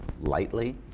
lightly